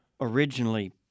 originally